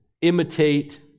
Imitate